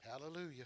Hallelujah